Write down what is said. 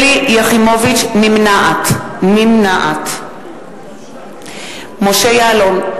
יחימוביץ, נמנעת משה יעלון,